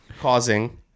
causing